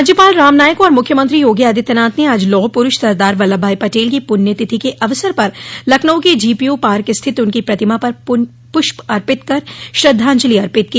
राज्यपाल राम नाईक और मुख्यमंत्री योगी आदित्यनाथ ने आज लौह पुरूष सरदार वल्लभ भाई पटेल की पुण्य तिथि के अवसर पर लखनऊ के जीपीओ पार्क स्थित उनकी प्रतिमा पर पुष्प अर्पित कर श्रद्धाजंलि अर्पित की